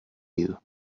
you